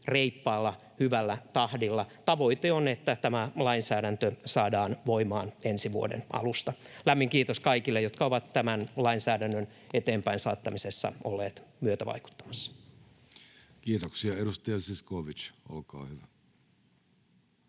reippaalla, hyvällä tahdilla. Tavoite on, että tämä lainsäädäntö saadaan voimaan ensi vuoden alusta. Lämmin kiitos kaikille, jotka ovat tämän lainsäädännön eteenpäin saattamisessa olleet myötävaikuttamassa. [Speech 8] Speaker: Jussi Halla-aho